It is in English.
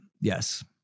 Yes